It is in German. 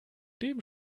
dem